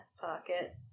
pocket